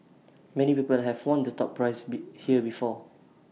many people have won the top prize be here before